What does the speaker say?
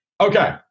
Okay